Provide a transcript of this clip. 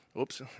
Oops